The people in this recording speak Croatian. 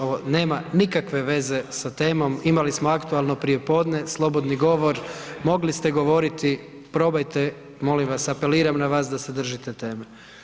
Ovo nema nikakve veze sa temom, imali smo aktualno prijepodne, slobodni govor, mogli ste govoriti, probajte, molim vas, apeliram na vas da se držite teme.